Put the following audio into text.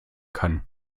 kann